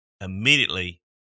Immediately